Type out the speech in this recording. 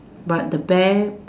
but the bear